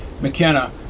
McKenna